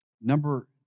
Number